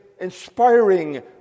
inspiring